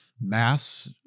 Mass